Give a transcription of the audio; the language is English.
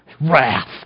Wrath